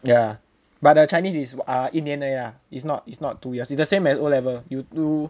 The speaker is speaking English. ya but the chinese is err 一年而已 ah it's not it's not two years it's the same as o level you